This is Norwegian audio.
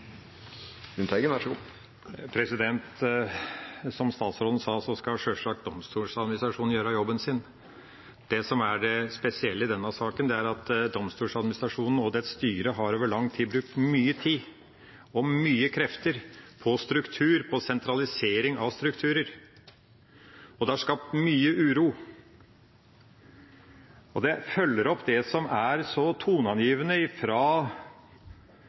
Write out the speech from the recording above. lufta, og så er jeg veldig spent på om jeg får noe svar på det. Som statsråden sa, skal sjølsagt Domstoladministrasjonen gjøre jobben sin. Det spesielle i denne saken er at Domstoladministrasjonen og dets styre over lang tid har brukt mye tid og mange krefter på struktur og på sentralisering av strukturer. Det har skapt mye uro. Det følger opp det som er så